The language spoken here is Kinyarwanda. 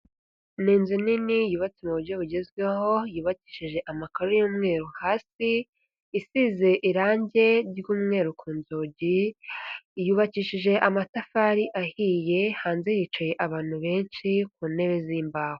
Ni inzu nini yubatse mu buryo bugezweho, yubakishije amakaro y'umweru hasi, isize irangi ry'umweru ku nzugi, yubakishije amatafari ahiye, hanze hicaye abantu benshi, ku ntebe z'imbaho.